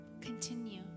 continue